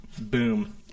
boom